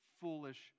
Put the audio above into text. foolish